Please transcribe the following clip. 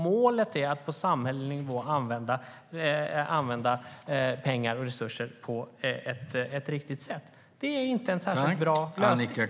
Målet på samhällelig nivå är att använda pengar och resurser på ett så riktigt sätt som möjligt. Så det är inte en särskilt bra lösning.